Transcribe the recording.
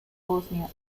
bosnia